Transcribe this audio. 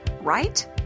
right